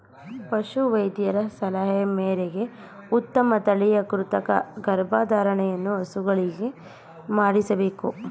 ಪಶು ವೈದ್ಯರ ಸಲಹೆ ಮೇರೆಗೆ ಉತ್ತಮ ತಳಿಯ ಕೃತಕ ಗರ್ಭಧಾರಣೆಯನ್ನು ಹಸುಗಳಿಗೆ ಮಾಡಿಸಬೇಕು